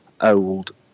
old